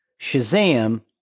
Shazam